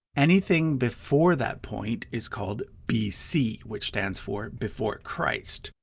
anything before that point is called bc, which stands for before christ.